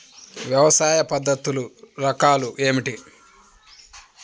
వ్యవసాయ పద్ధతులు రకాలు ఏమిటి?